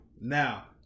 Now